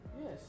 Yes